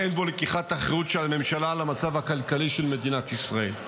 ואין בו לקיחת אחריות של הממשלה על המצב הכלכלי של מדינת ישראל.